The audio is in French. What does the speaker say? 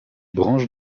branches